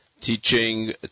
teaching